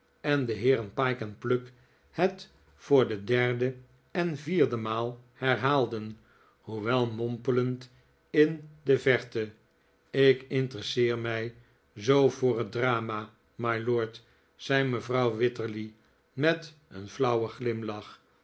en de heeren pyke en pluck het voor de derde en vierde maal herhaalden hoewel mompelend in de verte ik interesseer mij zoo voor het drama mylord zei mevrouw wititterly met een flauwen glimlach